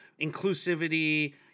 inclusivity